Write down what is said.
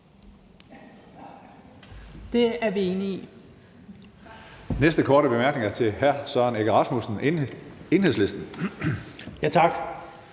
Det er vi enige i.